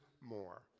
more